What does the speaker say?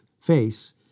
face